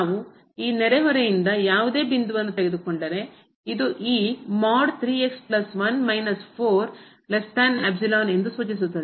ನಾವು ಈ ನೆರೆಹೊರೆಯಿಂದ ಯಾವುದೇ ಬಿಂದುವನ್ನು ತೆಗೆದುಕೊಂಡರೆ ಇದು ಈ ಎಂದು ಸೂಚಿಸುತ್ತದೆ